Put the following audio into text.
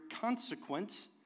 consequence